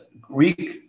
Greek